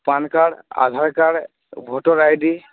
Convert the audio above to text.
PAN card Aadhaar card voter I D